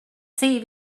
zäh